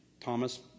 Thomas